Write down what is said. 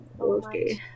Okay